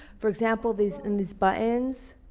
for example these and these buttons